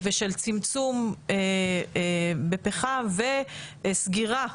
ושל צמצום בפחם וסגירה,